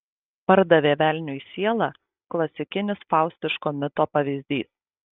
pardavė velniui sielą klasikinis faustiško mito pavyzdys